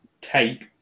take